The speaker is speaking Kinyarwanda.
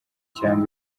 cyangwa